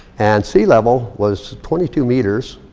and sea level was twenty two meters,